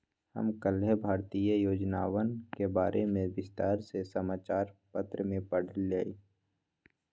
हम कल्लेह भारतीय योजनवन के बारे में विस्तार से समाचार पत्र में पढ़ लय